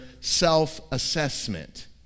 self-assessment